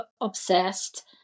obsessed